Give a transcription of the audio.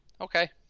Okay